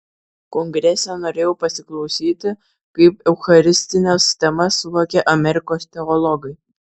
kongrese norėjau pasiklausyti kaip eucharistines temas suvokia amerikos teologai